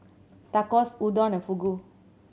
Tacos Udon and Fugu